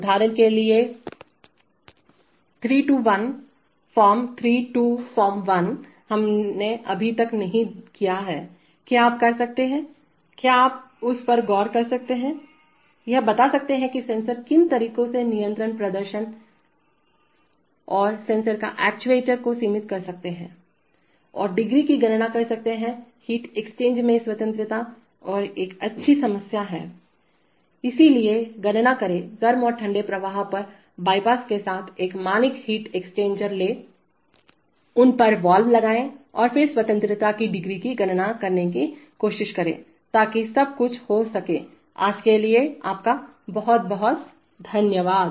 उदाहरण के लिए three two one form three two form one हमने अभी तक नहीं किया है क्या आप कर सकते हैं क्या आप उस पर गौर कर सकते हैं यह बता सकते हैं कि सेंसर किन तरीकों से नियंत्रण प्रदर्शन और सेंसर या एक्ट्यूएटर को सीमित कर सकते हैं और डिग्री की गणना कर सकते हैं हीट एक्सचेंजर में स्वतंत्रता यह एक अच्छी समस्या है इसलिए गणना करें गर्म और ठंडे प्रवाह पर बाईपास के साथ एक मानक हीट एक्सचेंजर लें उन पर वाल्व लगाएं और फिर स्वतंत्रता की डिग्री की गणना करने की कोशिश करेंताकि सब कुछ हो सके आज के लिए आपका बहुत बहुत धन्यवाद